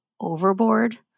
overboard